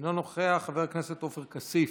אינו נוכח, חבר הכנסת עופר כסיף,